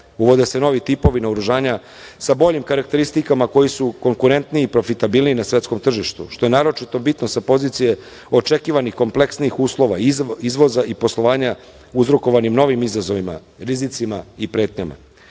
Uvode se novi tipovi naoružanja sa boljim karakteristikama, a koji su konkurentniji i profitabilniji na svetskom tržištu, što je naročito bitno sa pozicije očekivanih kompleksnijih uslova izvoza i poslovanja uzrokovanim novim izazovima, rizicima i